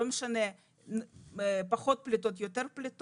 לא משנה אם יותר או פחות,